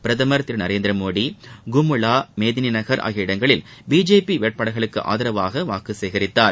பிரதமர் திரு நரேந்திர மோடி கும்முளா மேதினி நகர் ஆகிய இடங்களில் பிஜேபி வேட்பாளர்களுக்கு ஆதரவாக வாக்கு சேகரித்தார்